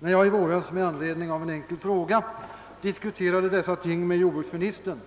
När jag i våras med anledning av en enkel fråga diskuterade dessa ting med jordbruksministern